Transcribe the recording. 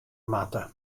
moatte